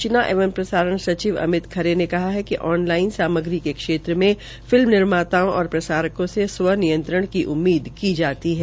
सूचना एवं प्रसारण सचिव अमित खरे ने कहा है कि ऑन लाइन सामग्री के क्षेत्र में फिल्म निर्माताओं और प्रसारकों को से स्व नियंत्रण की उम्मीद की जाती है